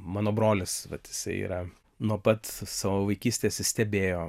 mano brolis vat jisai yra nuo pat savo vaikystės jis stebėjo